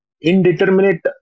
Indeterminate